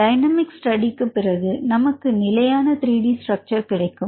dynamic study பிறகு நமக்கு நிலையான 3 D ஸ்ட்ரக்சர் கிடைக்கும்